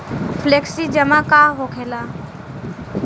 Flexi जमा का होखेला?